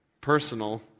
personal